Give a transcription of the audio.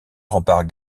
rempart